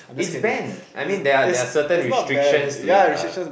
it's banned I mean there are there are certain restrictions to it lah